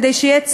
כדי שיהיה צוות,